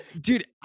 dude